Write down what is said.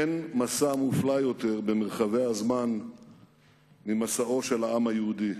אין מסע מופלא יותר במרחבי הזמן ממסעו של העם היהודי.